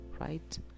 Right